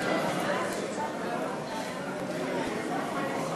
ההצעה להסיר מסדר-היום את הצעת חוק הביטוח הלאומי (תיקון,